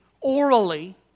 orally